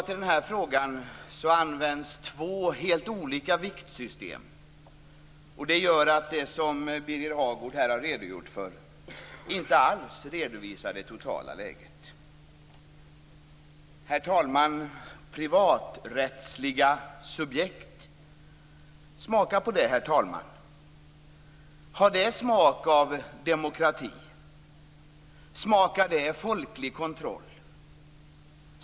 I den här frågan används nämligen två helt olika viktsystem. Det innebär att det som Birger Hagård här har redogjort för inte alls redovisar det totala läget. Herr talman! Privaträttsliga subjekt - smaka på de orden. Har de smak av demokrati? Smakar de folklig kontroll?